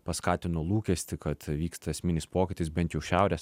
paskatino lūkestį kad vyksta esminis pokytis bent jau šiaurės